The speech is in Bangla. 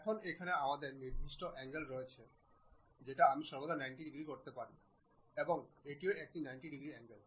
এখন এখানে আমাদের নির্দিষ্ট অ্যাঙ্গল রয়েছে আমি সর্বদা 90 ডিগ্রি করতে পারি এবং এটিও একটি 90 ডিগ্রি অ্যাঙ্গল